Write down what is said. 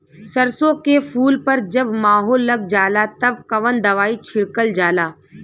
सरसो के फूल पर जब माहो लग जाला तब कवन दवाई छिड़कल जाला?